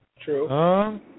True